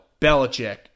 Belichick